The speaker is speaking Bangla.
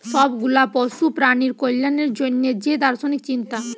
সব গুলা পশু প্রাণীর কল্যাণের জন্যে যে দার্শনিক চিন্তা